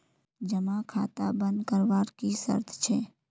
जमा खाता बन करवार की शर्त छे?